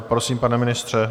Prosím, pane ministře.